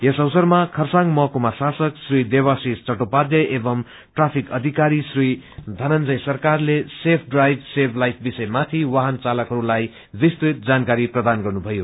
यस अवसरमा खरसाङ महकुमा शासक श्री देवाश्रिष चट्टोपाध्याय एवं ट्राफ्रिक अविकारी श्री धनन्जय सरकारले सेफ ड्राइव सेभ लाइव विषयमाथि वाहन चालकहरूलाई विस्तृत जानकारी प्रदान गर्नुभयो